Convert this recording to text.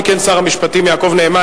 התשע"א 2010,